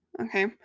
okay